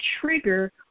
trigger